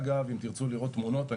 אם תרצו לראות תמונות,